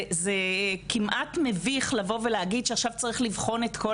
זה כמעט מביך להגיד שעכשיו צריך לבחון את כל